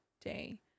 day